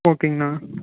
ஓகேங்கண்ணா